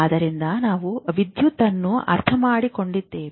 ಆದ್ದರಿಂದ ನಾವು ವಿದ್ಯುತ್ ಅನ್ನು ಅರ್ಥಮಾಡಿಕೊಂಡಿದ್ದೇವೆ